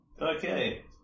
okay